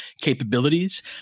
capabilities